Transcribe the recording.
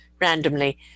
randomly